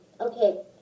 okay